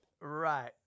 Right